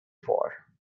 for